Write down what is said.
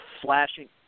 flashing